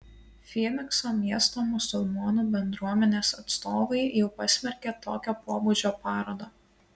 fynikso miesto musulmonų bendruomenės atstovai jau pasmerkė tokio pobūdžio parodą